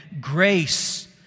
grace